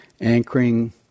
anchoring